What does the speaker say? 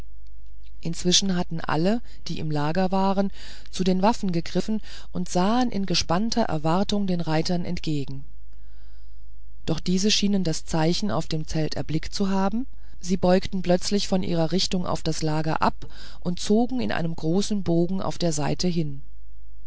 inzwischen hatten alle die im lager waren zu den waffen gegriffen und sahen in gespannter erwartung den reitern entgegen doch diese schienen das zeichen auf dem zelte erblickt zu haben sie beugten plötzlich von ihrer richtung auf das lager ab und zogen in einem großen bogen auf der seite hin